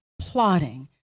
plotting